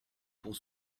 pour